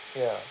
ya